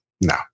No